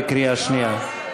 בקריאה שנייה.